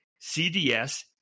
CDS